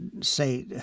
say